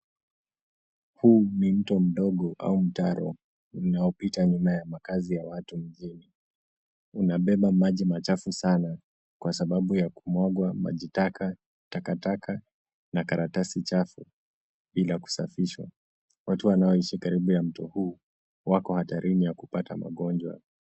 Huu ni mto mdogo au mtaro unaopita nyuma ya makazi ya watu. Unabeba maji machafu sana kwa sababu ya kumwagwa kwa majitaka, takataka, na karatasi chafu bila kusafishwa. Watu wanaoishi karibu na mto huu wako hatarini ya kupata magonjwa.